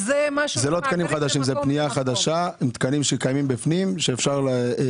זה פנייה חדשה עם תקנים שקיימים בפנים ושמועברים.